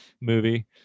movie